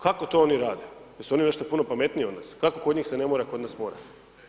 Kako to oni rade, jer su oni nešto puno pametniji od nas, kako kod njih se ne mora, kod nas mora?